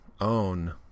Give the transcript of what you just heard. own